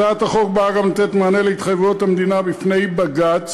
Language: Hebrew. הצעת החוק באה גם לתת מענה להתחייבויות המדינה בפני בג"ץ